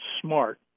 smart